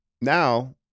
Now